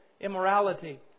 immorality